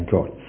God